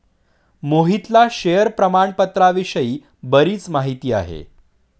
मोहितला शेअर प्रामाणपत्राविषयी बरीच माहिती आहे